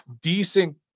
decent